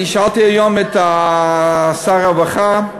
אני שאלתי היום את שר הרווחה,